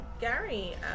Gary